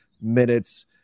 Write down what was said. minutes